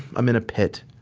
i'm in a pit.